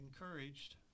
encouraged